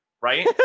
right